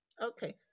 Okay